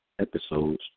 episodes